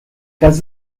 cas